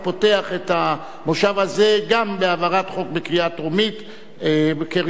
הפותח את המושב הזה גם בהעברת חוק בקריאה טרומית כראשון.